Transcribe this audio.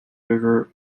river